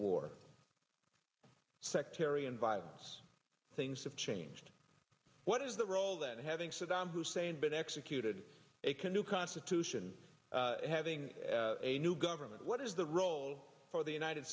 war sectarian violence things have changed what is the role that having saddam hussein been executed a canoe constitution having a new government what is the role for the united